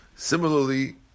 Similarly